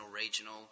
regional